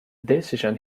decision